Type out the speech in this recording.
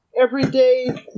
everyday